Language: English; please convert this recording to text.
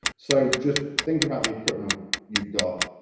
so just think about the equipment you have got,